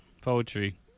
Poetry